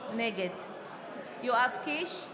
נגד יואב קיש,